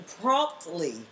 promptly